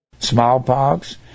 Smallpox